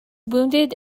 wounded